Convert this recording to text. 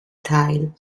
teil